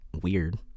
weird